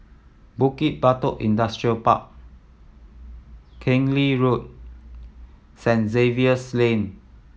Bukit Batok Industrial Park Keng Lee Road Saint Xavier's Lane